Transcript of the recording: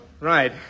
right